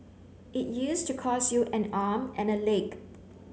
it used to cost you an arm and a leg